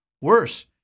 Worse